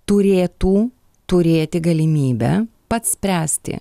turėtų turėti galimybę pats spręsti